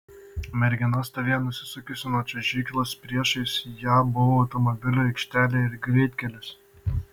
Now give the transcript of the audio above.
mergina stovėjo nusisukusi nuo čiuožyklos priešais ją buvo automobilių aikštelė ir greitkelis